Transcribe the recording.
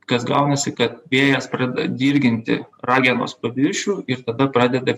kas gaunasi kad vėjas pradeda dirginti ragenos paviršių ir tada pradeda